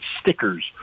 stickers